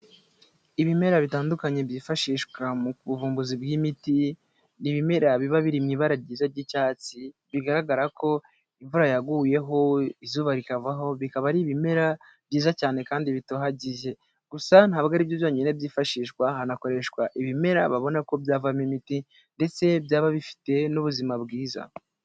Ibimera bitandukanye byifashishwa mu buvumbuzi bw'imiti, ni ibimera biba biri mu ibara ryiza ry'icyatsi, bigaragara ko imvura yaguyeho, izuba rikavaho, bikaba ari ibimera byiza cyane kandi bitohagiye. Gusa ntabwo ari byo byonyine byifashishwa, hanakoreshwa ibimera babona ko byavamo imiti ndetse byaba bifite n'ubuzima bwiza.